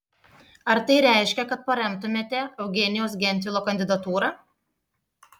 ar tai reiškia kad paremtumėte eugenijaus gentvilo kandidatūrą